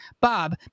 Bob